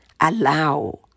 allow